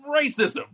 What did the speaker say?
racism